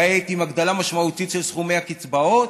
כעת, עם הגדלה משמעותית של סכומי הקצבאות,